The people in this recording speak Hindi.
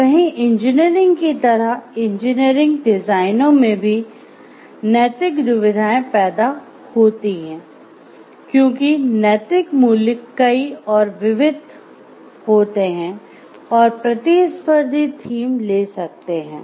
तो कहीं इंजीनियरिंग की तरह इंजीनियरिंग डिजाइनों में भी नैतिक दुविधाएं पैदा होती हैं क्योंकि नैतिक मूल्य कई और विविध होते हैं और प्रतिस्पर्धी थीम ले सकते हैं